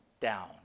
down